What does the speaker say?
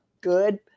good